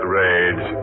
rage